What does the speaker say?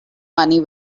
money